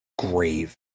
grave